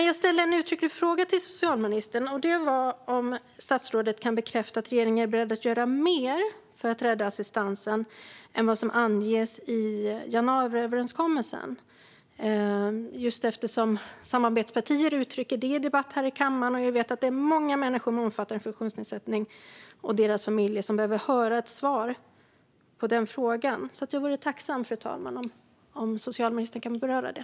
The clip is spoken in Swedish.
Jag ställde en uttrycklig fråga till socialministern: om hon kan bekräfta att regeringen är beredd att göra mer för att rädda assistansen än vad som anges i januariöverenskommelsen, som samarbetspartier uttrycker i debatt här i kammaren. Jag vet att det är många människor med omfattande funktionsnedsättning och deras familjer som behöver höra ett svar på den frågan. Jag vore tacksam, fru talman, om socialministern kunde beröra det.